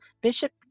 Bishop